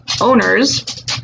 owners